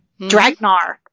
Dragnar